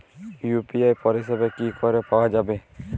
UPI পরিষেবা কি করে পাওয়া যাবে?